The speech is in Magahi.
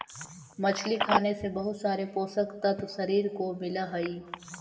मछली खाने से बहुत सारे पोषक तत्व शरीर को मिलअ हई